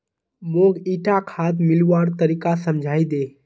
मौक ईटा खाद मिलव्वार तरीका समझाइ दे